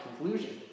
conclusion